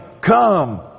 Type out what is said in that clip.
come